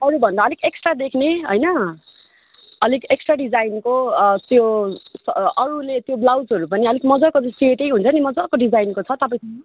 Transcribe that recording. अरूभन्दा अलिक एक्स्ट्रा देख्ने होइन अलिक एक्स्ट्रा डिजाइनको त्यो अरूले त्यो ब्लाउजहरू पनि अलिक मजाको जो सेटै हुन्छ नि छ मजाको डिजाइनको छ तपाईँसँग